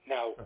Now